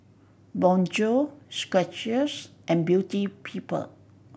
Bonjour Skechers and Beauty People